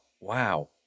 Wow